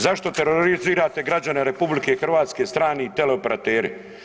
Zašto terorizirate građane RH strani teleoperateri?